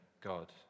God